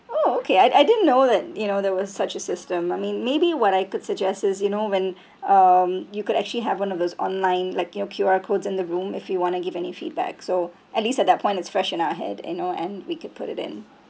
oh okay I I didn't know that you know there was such a system I mean maybe what I could suggest is you know when um you could actually have one of those online like you know Q_R codes in the room if you want to give any feedback so at least at that point it's fresh in our head you know and we could put it in